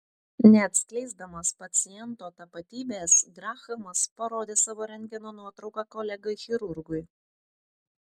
neatskleisdamas paciento tapatybės grahamas parodė savo rentgeno nuotrauką kolegai chirurgui